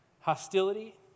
hostility